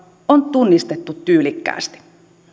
on tunnistettu tyylikkäästi